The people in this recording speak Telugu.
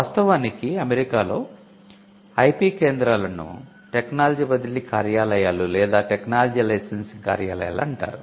వాస్తవానికి అమెరికాలో IP కేంద్రాలను టెక్నాలజీ బదిలీ కార్యాలయాలు లేదా టెక్నాలజీ లైసెన్సింగ్ కార్యాలయాలు అంటారు